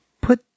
put